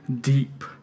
deep